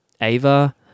Ava